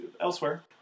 elsewhere